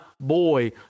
boy